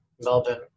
Melbourne